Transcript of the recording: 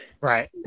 Right